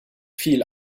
viel